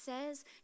says